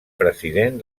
president